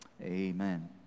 Amen